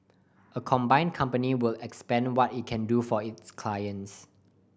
a combined company would expand what it can do for its clients